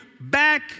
back